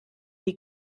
die